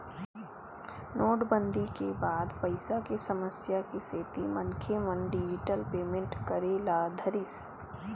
नोटबंदी के बाद पइसा के समस्या के सेती मनखे मन डिजिटल पेमेंट करे ल धरिस